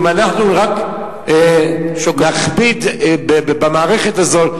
אם אנחנו רק נכביד במערכת הזאת,